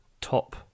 top